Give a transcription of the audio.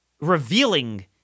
revealing